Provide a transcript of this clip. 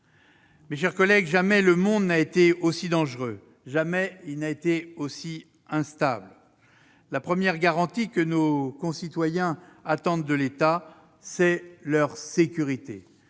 Mes chers collègues, jamais le monde n'a été aussi dangereux, jamais il n'a été aussi instable. La première garantie que nos concitoyens attendent de l'État, c'est la sécurité.